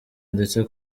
ndetse